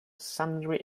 sundry